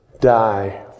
die